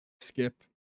Skip